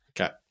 Okay